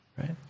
right